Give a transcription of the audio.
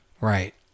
Right